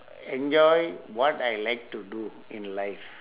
enjoy what I like to do in life